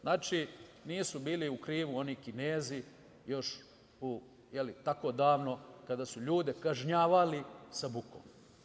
Znači, nisu bili u krivu oni Kinezi još tako davno kada su ljude kažnjavali sa bukom.